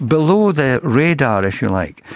below the radar, if you like,